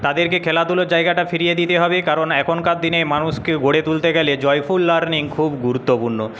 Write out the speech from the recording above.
তাদেরকে খেলাধুলোর জায়গাটা ফিরিয়ে দিতে হবে কারণ এখনকার দিনে মানুষকে গড়ে তুলতে গেলে জয়ফুল লার্নিং খুব গুরুত্বপূর্ণ